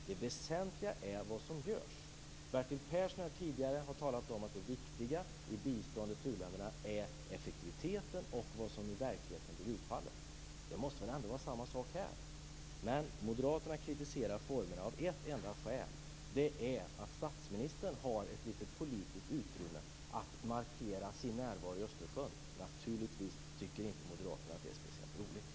Det väsentliga är vad som görs. Bertil Persson har tidigare talat om att det viktiga i biståndet till u-länderna är effektiviteten och vad som i verkligheten blir utfallet. Samma sak måste väl ändå gälla här? Moderaterna kritiserar formerna av ett enda skäl, nämligen att statsministern har ett litet politiskt utrymme att markera sin närvaro i Östersjön. Naturligtvis tycker inte Moderaterna att det är speciellt roligt.